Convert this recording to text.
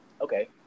Okay